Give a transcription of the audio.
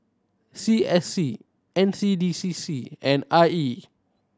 C S C N C D C C and I E